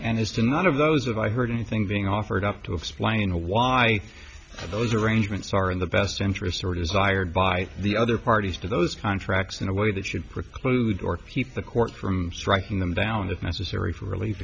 and as to none of those of i heard anything being offered up to explain why those arrangements are in the best interests or desired by the other parties to those contracts in a way that should preclude or keep the court from striking them down as necessary for relief